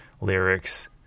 lyrics